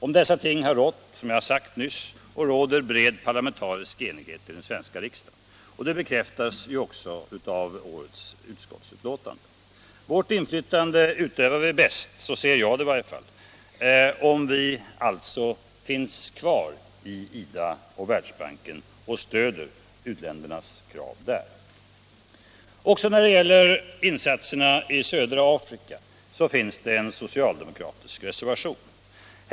Om dessa ting har det rått och råder bred parlamentarisk enighet i den svenska riksdagen, och det bekräftas även av årets utskottsbetänkande. Vårt inflytande utövar vi bäst — därom råder också enighet — om Sverige finns kvar i IDA och Världsbanken och stöder u-ländernas krav där. Också när det gäller insatserna i södra Afrika finns en socialdemokratisk Internationellt utvecklingssamar reservation.